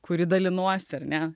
kurį dalinuosi ar ne